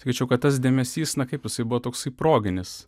sakyčiau kad tas dėmesys na kaip jisai buvo toksai proginis